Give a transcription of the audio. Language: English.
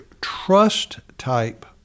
trust-type